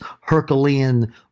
Herculean